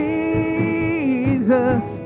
Jesus